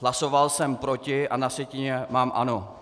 Hlasoval jsem proti a na sjetině mám ano.